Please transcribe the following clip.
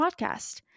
podcast